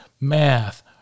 math